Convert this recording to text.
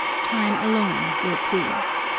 time alone will prove.